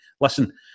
Listen